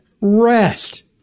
rest